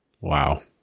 Wow